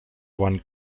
one